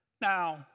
Now